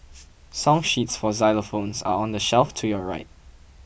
song sheets for xylophones are on the shelf to your right